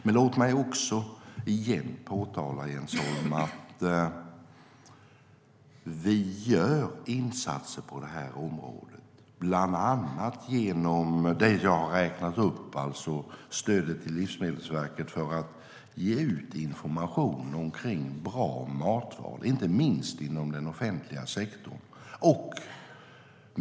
Men låt mig också påpeka igen, Jens Holm, att vi gör insatser på detta område, bland annat genom det jag har räknat upp - stöd till Livsmedelsverket för att ge ut information om bra matval, inte minst inom den offentliga sektorn.